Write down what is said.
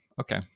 Okay